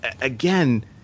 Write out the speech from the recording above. again